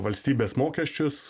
valstybės mokesčius